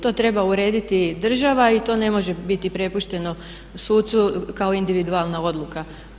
To treba urediti država i to ne može biti prepušteno sucu kao individualna odluka.